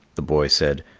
the boy said,